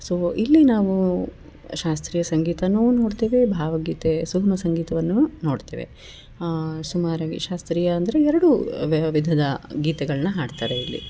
so ಇಲ್ಲಿ ನಾವು ಶಾಸ್ತ್ರೀಯ ಸಂಗೀತನೂ ನೋಡ್ತೀವಿ ಭಾವಗೀತೆ ಸುಗಮಸಂಗೀತವನ್ನೂ ನೋಡ್ತೇವೆ ಸುಮಾರಾಗಿ ಶಾಸ್ತ್ರೀಯ ಅಂದ್ರೆ ಎರಡೂ ವಿಧದ ಗೀತೆಗಳನ್ನ ಹಾಡ್ತಾರೆ ಇಲ್ಲಿ